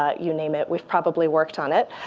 ah you name it, we've probably worked on it.